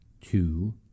two